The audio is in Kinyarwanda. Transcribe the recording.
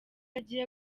agiye